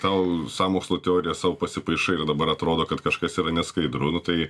tau sąmokslo teoriją sau pasipaišai ir dabar atrodo kad kažkas yra neskaidru nu tai